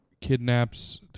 kidnaps